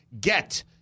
get